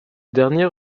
dernier